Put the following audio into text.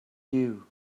you